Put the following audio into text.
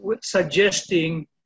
suggesting